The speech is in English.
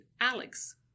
Alex